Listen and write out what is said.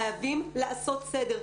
חייבים לעשות סדר,